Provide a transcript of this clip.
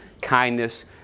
kindness